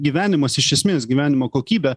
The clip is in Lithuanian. gyvenimas iš esmės gyvenimo kokybė